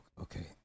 Okay